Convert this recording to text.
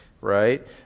right